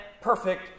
perfect